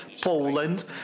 Poland